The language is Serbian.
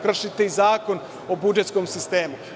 Kršite i Zakon o budžetskom sistemu.